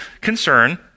concern